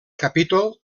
capítol